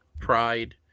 pride